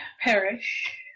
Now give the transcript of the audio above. perish